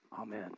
Amen